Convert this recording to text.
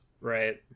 right